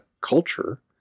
culture